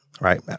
Right